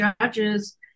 judges